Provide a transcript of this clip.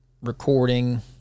recording